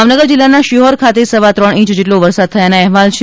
ભાવનગર જિલ્લાના શિહોર ખાતે સવા ત્રણ છંચ જેટલો વરસાદ થવાના અહેવાલ છે